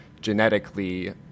genetically